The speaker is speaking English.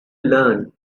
learn